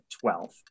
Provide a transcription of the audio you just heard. twelve